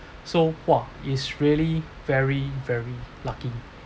so !wah! it's really very very lucky